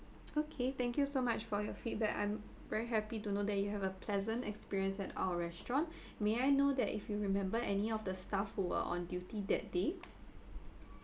okay thank you so much for your feedback I'm very happy to know that you have a pleasant experience at our restaurant may I know that if you remember any of the staff who were on duty that day